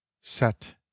set